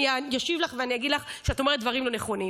אני אשיב לך ואני אגיד לך שאת אומרת דברים לא נכונים.